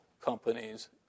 companies